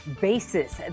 basis